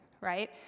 right